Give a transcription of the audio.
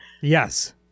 Yes